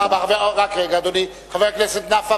חבר הכנסת נפאע,